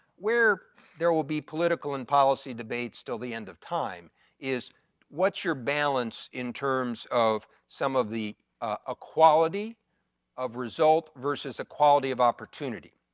where there will be political and policy debates til the end of time is what your balance in terms of some of ah equality of result versus equality of opportunity.